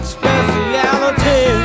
speciality